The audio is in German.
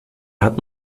hat